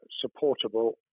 supportable